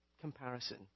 comparison